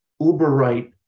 uber-right